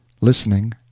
listening